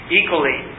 equally